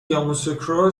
یاموسوکرو